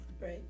Right